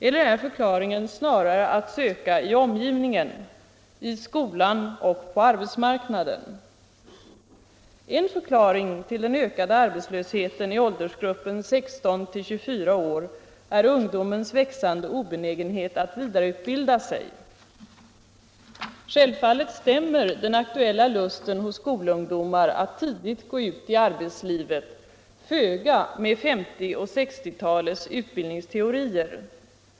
Eller är förklaringen snarare att söka i omgivningen — i skolan och på arbetsmarknaden? En förklaring till den ökade arbetslösheten i åldersgruppen 16-24 år är ungdomens växande obenägenhet att vidareutbilda sig. Självfallet stämmer den aktuella lusten hos skolungdomar att tidigt gå ut i arbetslivet föga överens med 1950 och 1960-talens utbildningsteorier.